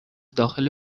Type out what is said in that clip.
داخل